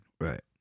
right